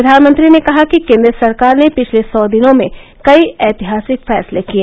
प्रधानमंत्री ने कहा कि केन्द्र सरकार ने पिछले सौ दिनों में कई ऐतिहासिक फैसले किए